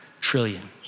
trillion